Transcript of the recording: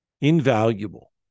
Invaluable